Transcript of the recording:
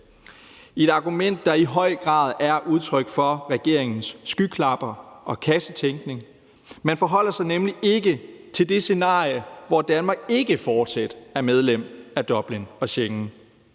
– et argument, der i høj grad er udtryk for regeringens skyklapper og kassetænkning. Man forholder sig nemlig ikke til det scenarie, hvor Danmark ikke fortsat er medlem af Dublin og Schengen.